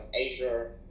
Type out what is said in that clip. Asia